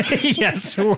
Yes